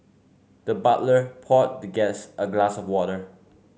the butler poured the guest a glass of water